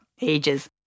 ages